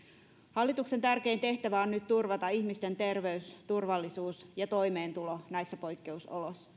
hallituksen tärkein tehtävä on nyt turvata ihmisten terveys turvallisuus ja toimeentulo näissä poikkeusoloissa